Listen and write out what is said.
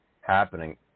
happening